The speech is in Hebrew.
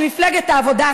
של מפלגת העבודה,